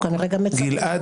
כנראה גם --- גלעד,